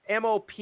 MOP